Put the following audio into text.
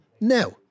now